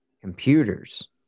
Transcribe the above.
computers